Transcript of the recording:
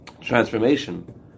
transformation